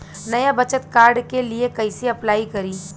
नया बचत कार्ड के लिए कइसे अपलाई करी?